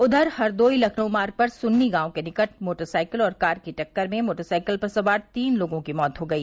उधर हरदोई लखनऊ मार्ग पर सुन्नी गांव के निकट मोटर साइकिल और कार की टक्कर में मोटर साइकिल पर सवार तीन लोगों की मौत हो गई